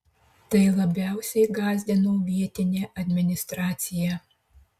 tai labiausiai gąsdino vietinę administraciją